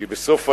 כי בסוף היום,